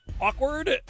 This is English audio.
awkward